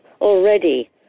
already